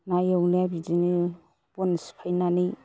ना एवनाया बिदिनो बन सिफायनानै